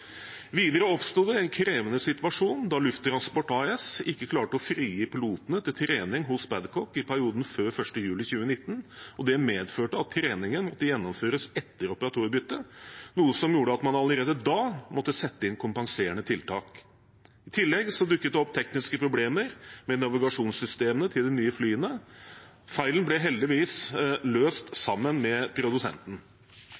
Videre oppsto det en krevende situasjon da Lufttransport AS ikke klarte å frigi pilotene til trening hos Babcock i perioden før 1. juli 2019, og det medførte at treningen måtte gjennomføres etter operatørbyttet, noe som gjorde at man allerede da måtte sette inn kompenserende tiltak. I tillegg dukket det opp tekniske problemer med navigasjonssystemene til de nye flyene. Feilen ble heldigvis løst